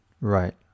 Right